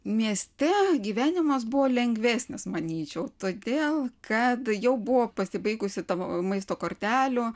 mieste gyvenimas buvo lengvesnis manyčiau todėl kad jau buvo pasibaigusi ta maisto kortelių